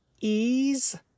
ease